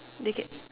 make it